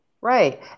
right